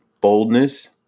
boldness